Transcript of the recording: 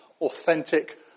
authentic